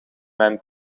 mijn